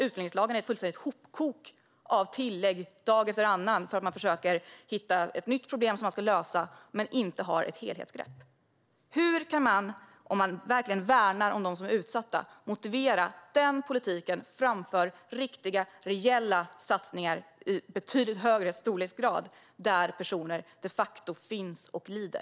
Utlänningslagen är ett fullständigt hopkok av ständiga tillägg för att man försöker hitta ett nytt problem som man ska lösa men inte tar ett helhetsgrepp. Om man verkligen värnar dem som är utsatta, hur kan man motivera denna politik framför reella och betydligt större satsningar där personer de facto finns och lider?